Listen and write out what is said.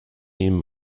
ihm